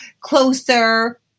closer